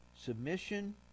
submission